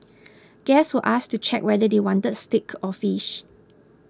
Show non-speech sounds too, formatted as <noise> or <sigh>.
<noise> guests were asked to check whether they wanted steak or fish